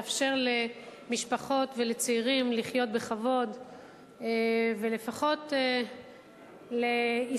לאפשר למשפחות ולצעירים לחיות בכבוד ולפחות להשתכר